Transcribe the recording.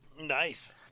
Nice